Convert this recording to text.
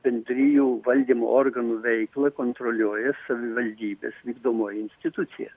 bendrijų valdymo organų veiklą kontroliuoja savivaldybės vykdomoji institucija